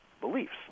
beliefs